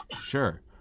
Sure